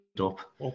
up